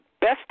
Best